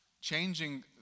changing